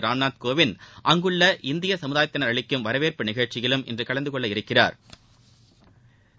ராம்நாத் கோவிந்த் அங்குள்ள இந்திய சமுதாயத்தினா் அளிக்கும் வரவேற்பு நிகழ்ச்சியிலும் இன்று கலந்தகொள்ள உள்ளா்